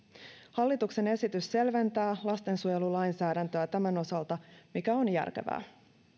hallituksen esitys selventää lastensuojelulainsäädäntöä tämän osalta mikä on järkevää